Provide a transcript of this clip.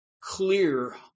clear